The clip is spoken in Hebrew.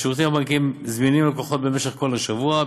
והשירותים הבנקאיים זמינים ללקוחות במשך כל השבוע,